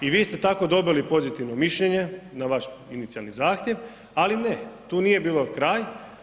I vi ste tako dobili pozitivno mišljenje na vaš inicijalni zahtjev, ali ne, tu nije bio kraj.